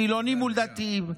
חילונים מול דתיים,